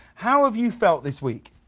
how have you felt this week?